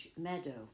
Meadow